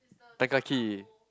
Tan Kah Kee